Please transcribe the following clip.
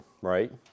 right